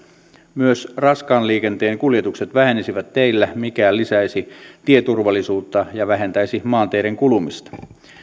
myös raskaan liikenteen kuljetukset vähenisivät teillä mikä lisäisi tieturvallisuutta ja vähentäisi maanteiden kulumista